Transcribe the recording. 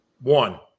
One